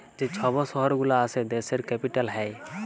যে ছব শহর গুলা আসে দ্যাশের ক্যাপিটাল হ্যয়